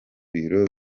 biro